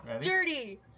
dirty